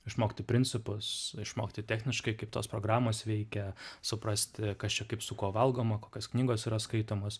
išmokti principus išmokti techniškai kaip tos programos veikia suprasti kas čia kaip su kuo valgoma kokios knygos yra skaitomos